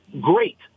great